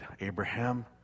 Abraham